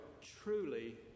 truly